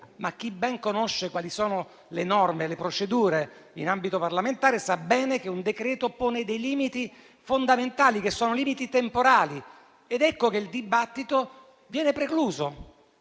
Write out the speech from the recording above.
Ma chi ben conosce quali sono le norme e le procedure in ambito parlamentare sa bene che un decreto pone dei limiti fondamentali, che sono limiti temporali, ed ecco che il dibattito viene precluso.